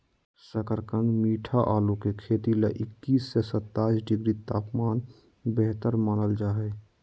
शकरकंद मीठा आलू के खेती ले इक्कीस से सत्ताईस डिग्री तापमान बेहतर मानल जा हय